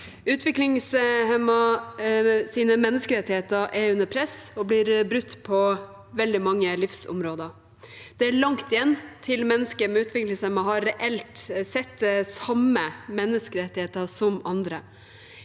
Utviklingshemmedes menneskerettigheter er under press og blir brutt på veldig mange livsområder. Det er langt igjen til mennesker med utviklingshemming reelt sett har samme menneskerettigheter som andre.